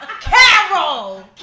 carol